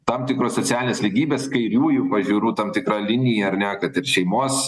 tam tikros socialinės lygybės kairiųjų pažiūrų tam tikra linija ar ne kad ir šeimos